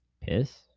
Piss